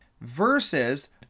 Versus